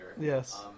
Yes